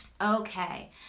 Okay